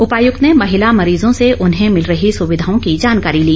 उपायुक्त ने महिला मरीजों से उन्हें मिल रही सुविधाओं की जानकारी ली